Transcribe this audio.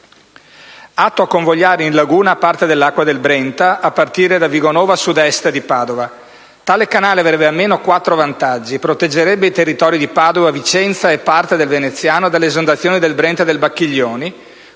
atto a convogliare in laguna parte dell'acqua del Brenta, a partire da Vigonovo a sud-est di Padova. Tale canale avrebbe almeno quattro vantaggi: proteggerebbe i territori di Padova e Vicenza e parte del veneziano dall'esondazione del Brenta e del Bacchiglione,